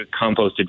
composted